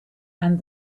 and